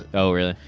ah oh, really.